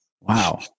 wow